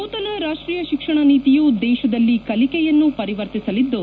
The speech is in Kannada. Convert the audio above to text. ನೂತನ ರಾಷ್ಟೀಯ ಶಿಕ್ಷಣ ನೀತಿಯು ದೇಶದಲ್ಲಿ ಕಲಿಕೆಯನ್ನು ಪರಿವರ್ತಿಸಲಿದ್ದು